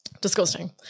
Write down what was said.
Disgusting